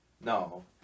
no